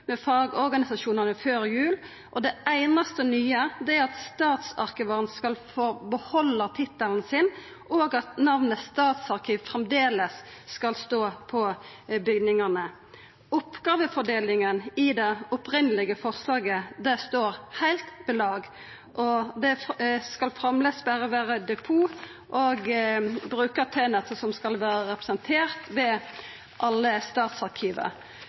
fagorganisasjonane før jul. Det einaste nye er at statsarkivaren skal få behalda tittelen sin, og at namnet «statsarkiv» framleis skal stå på bygningane. Oppgåvefordelinga i det opprinnelege forslaget står ved lag, og det skal framleis berre vera depot og brukartenester som skal vera representerte ved alle